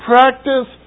Practice